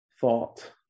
thought